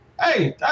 hey